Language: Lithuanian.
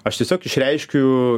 aš tiesiog išreiškiu